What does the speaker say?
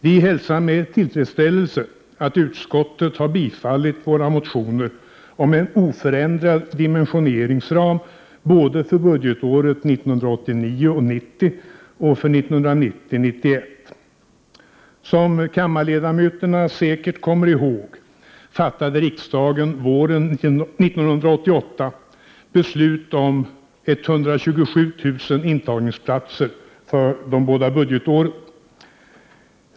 Vi hälsar med tillfredsställelse att utskottet har bifallit våra motioner om en oförändrad dimensioneringsram både för budgetåret 1989 91. Som kammarledamöterna säkert kommer ihåg fattade riksdagen våren 1988 beslut om 127 000 intagningsplatser för de båda budgetåren.